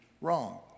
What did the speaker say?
wrong